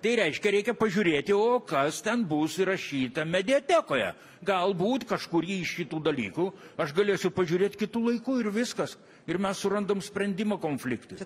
tai reiškia reikia pažiūrėti o kas ten bus įrašyta mediatekoje galbūt kažkurį iš šitų dalykų aš galėsiu pažiūrėt kitu laiku ir viskas ir mes surandam sprendimą konfliktui